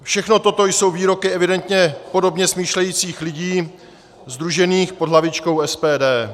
Všechno toto jsou výroky evidentně podobně smýšlejících lidí sdružených pod hlavičkou SPD.